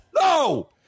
No